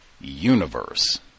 universe